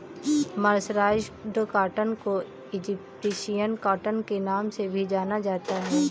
mercerised cotton को Egyptian cotton के नाम से भी जाना जाता है